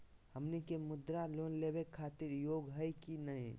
हमनी के मुद्रा लोन लेवे खातीर योग्य हई की नही?